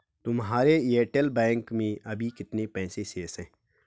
तुम्हारे Airtel bank में अभी कितने पैसे शेष हैं?